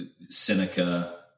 Seneca